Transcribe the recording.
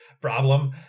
problem